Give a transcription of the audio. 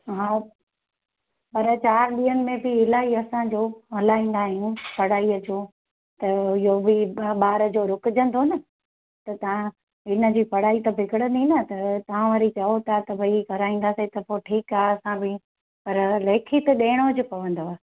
हा पर चारि ॾींहंनि में बि इलाही असांजो हलाईंदा आहियूं पढ़ाई जो त इहो बि ॿार जो रुकजंदो न त तव्हां इनजी पढ़ाई त बिगड़ंदी न त तव्हां वरी चओ था त भई हीअ कराईंदासीं त पोइ ठीकु आहे असां बि पर लेखित ॾियणो जो पवंदव